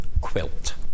quilt